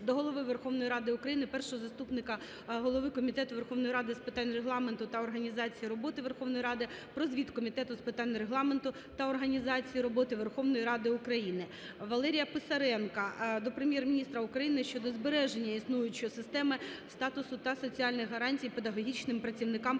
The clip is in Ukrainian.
до Голови Верховної Ради України, Першого заступника голови Комітету Верховної Ради з питань Регламенту та організації роботи Верховної Ради України про звіт комітету з питань Регламенту та організації роботи Верховної Ради України. Валерія Писаренка до Прем'єр-міністра України щодо збереження існуючої системи, статусу та соціальних гарантій педагогічним працівникам,